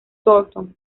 thornton